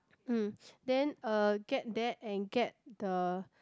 mm then uh get that and get the